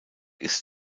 ist